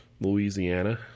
Louisiana